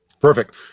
Perfect